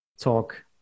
talk